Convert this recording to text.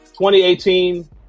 2018